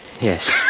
yes